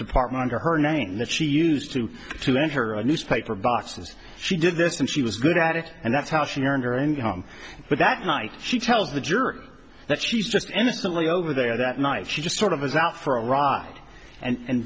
department her name that she used to to enter a newspaper boxes she did this and she was good at it and that's how she earned her income but that night she tells the jury that she was just innocently over there that night she just sort of is out for a ride and